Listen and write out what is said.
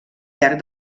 llarg